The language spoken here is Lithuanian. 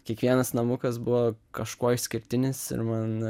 kiekvienas namukas buvo kažkuo išskirtinis ir man